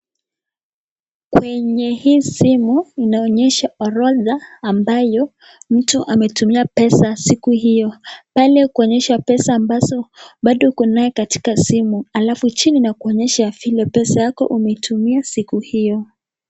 Kwenye hii simu inaonyesha orodha ambayo mtu ametumia pesa siku hiyo pale kuonyesha pesa ambazo bado uko nayo katika simu alafu chini inakuonyesha vile pesa yako umeitumia siku hiyo.